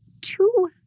two